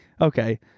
Okay